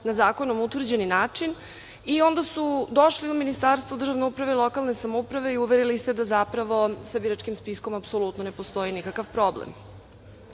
na zakonom utvrđeni način i onda su došli u Ministarstvo državne uprave i lokalne samouprave i uverili se da zapravo sa biračkim spiskom apsolutno ne postoji nikakav problem. Ono